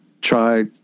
try